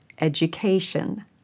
education